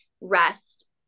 rest